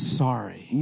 sorry